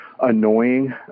annoying